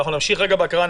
נמשיך בהקראה.